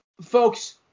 folks